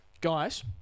Guys